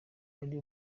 ari